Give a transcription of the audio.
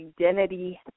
identity